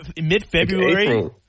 mid-February